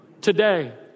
Today